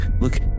look